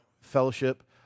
fellowship